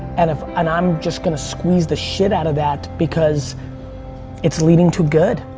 and if, and i'm just gonna squeeze the shit out of that because it's leading to good.